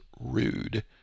rude